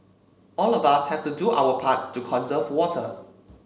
all of us have to do our part to conserve water